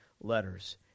letters